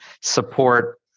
support